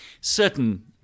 certain